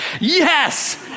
Yes